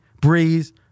Breeze